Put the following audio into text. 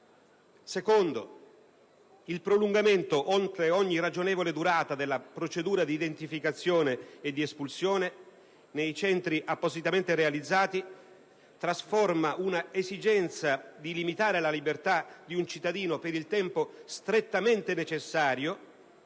luogo, il prolungamento oltre ogni ragionevole durata della procedura di identificazione e di espulsione nei centri appositamente realizzati trasforma l'esigenza di limitare la libertà di un cittadino per il tempo strettamente necessario